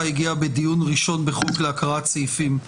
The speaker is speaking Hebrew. הגיעה בדיון ראשון בחוק להקראת סעיפים.